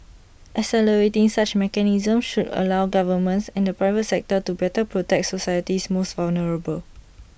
accelerating such mechanisms should allow governments and the private sector to better protect society's most vulnerable